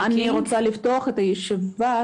אני אתן ברכה באנגלית,